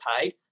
paid